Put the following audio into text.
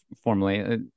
formally